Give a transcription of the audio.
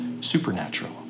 supernatural